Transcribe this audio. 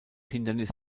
hindernis